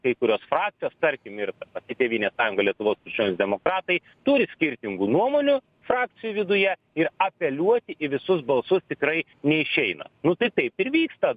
kai kurios frakcijos tarkim ir pati tėvynės sąjunga lietuvos krikščionys demokratai turi skirtingų nuomonių frakcijų viduje ir apeliuoti į visus balsus tikrai neišeina nu tai taip ir vyksta